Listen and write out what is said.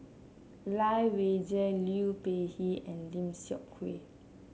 Lai Weijie Liu Peihe and Lim Seok Hui